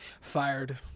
Fired